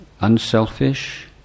unselfish